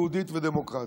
יהודית ודמוקרטית".